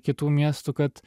kitų miestų kad